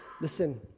listen